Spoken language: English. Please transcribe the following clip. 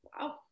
wow